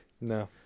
no